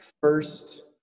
first